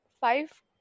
five